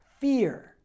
Fear